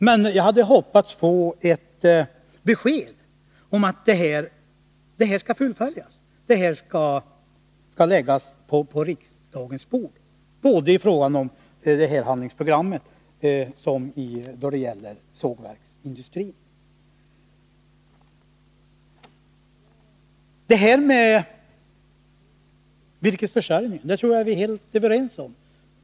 Men jag hade hoppats på ett besked om att detta skall fullföljas och förslag läggas på riksdagens bord, både i fråga om handlingsprogrammet och då det gäller sågverksindustrin. I fråga om virkesförsörjningen tror jag att vi är helt överens.